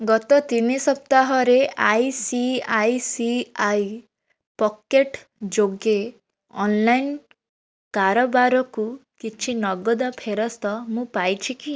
ଗତ ତିନି ସପ୍ତାହରେ I C I C I pocket ଯୋଗେ ଅନଲାଇନ କାରବାରକୁ କିଛି ନଗଦ ଫେରସ୍ତ ମୁଁ ପାଇଛି କି